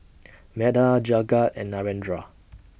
Medha Jagat and Narendra